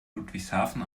ludwigshafen